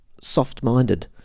soft-minded